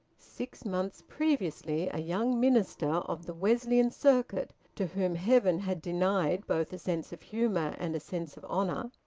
six months previously a young minister of the wesleyan circuit, to whom heaven had denied both a sense of humour and a sense of honour,